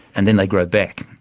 and then they grow back.